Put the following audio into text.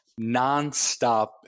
nonstop